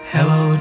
Hello